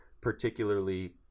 particularly